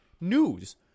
News